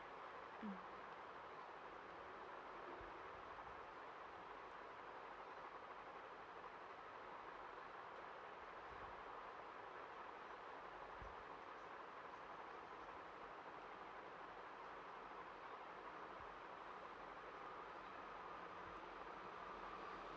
mm